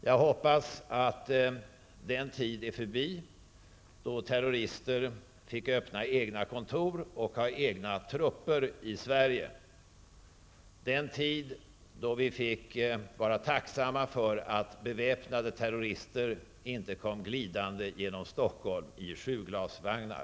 Jag hoppas att den tid är förbi då terrorister fick öppna egna kontor och ha egna trupper i Sverige, den tid då vi fick vara tacksamma för att beväpnade terrorister inte kom glidande genom Stockholm i sjuglasvagnar.